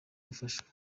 gufashwa